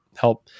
help